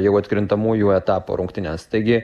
jau atkrintamųjų etapo rungtynes taigi